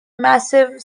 massive